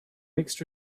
mixed